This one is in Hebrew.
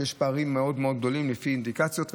יש פערים מאוד גדולים לפי אינדיקציות,